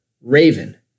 Raven